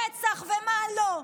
רצח ומה לא.